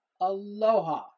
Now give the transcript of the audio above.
Aloha